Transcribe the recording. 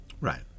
Right